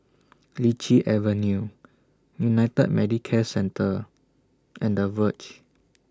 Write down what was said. Lichi Avenue United Medicare Centre and The Verge